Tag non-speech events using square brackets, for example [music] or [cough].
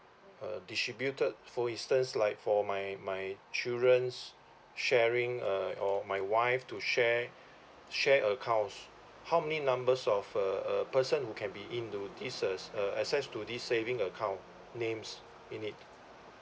uh distributed for instance like for my my children sharing uh or my wife to share [breath] share accounts how many numbers of a a person who can be into this uh access to this saving account names in it